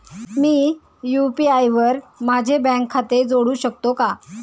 मी UPI वर माझे bank खाते जोडू शकतो का?